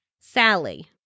Sally